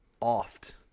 oft